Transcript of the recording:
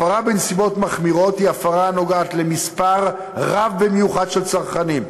הפרה בנסיבות מחמירות היא הפרה הנוגעת למספר רב במיוחד של צרכנים.